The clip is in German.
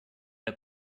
der